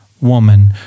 woman